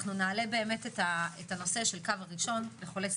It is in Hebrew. נעלה את הנושא של קו הראשון של לחולי